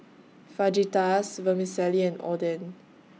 Fajitas Vermicelli and Oden